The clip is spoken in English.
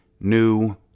new